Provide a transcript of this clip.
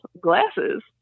glasses